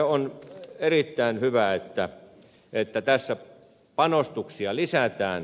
on erittäin hyvä että tässä panostuksia lisätään